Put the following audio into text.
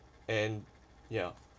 and ya